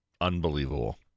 Unbelievable